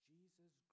Jesus